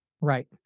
Right